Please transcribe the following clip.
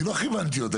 אני לא כיוונתי אותו,